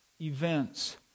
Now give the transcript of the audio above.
events